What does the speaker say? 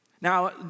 Now